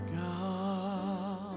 God